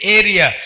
area